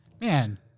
man